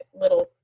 little